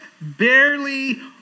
barely